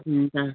हुन्छ